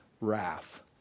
wrath